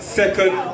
second